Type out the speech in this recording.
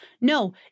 no